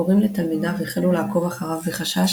הורים לתלמידיו החלו לעקוב אחריו בחשש